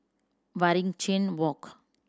Waringin Walk